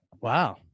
Wow